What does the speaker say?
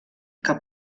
que